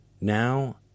Now